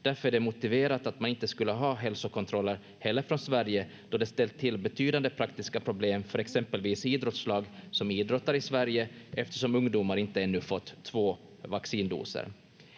Därför är det motiverat att man inte skulle ha hälsokontroller heller från Sverige, då det ställt till betydande praktiska problem för exempelvis idrottslag som idrottar i Sverige, eftersom ungdomar inte ännu fått två vaccindoser.